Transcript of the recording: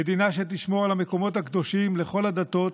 מדינה שתשמור על המקומות הקדושים לכל הדתות,